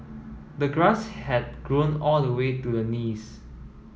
the grass had grown all the way to the knees